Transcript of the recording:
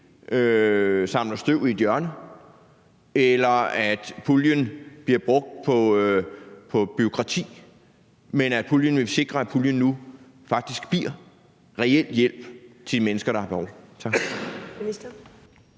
samler støv i et hjørne eller bliver brugt på bureaukrati, men at vi sikrer, at puljen nu faktisk giver reel hjælp til de mennesker, der har behov